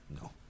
no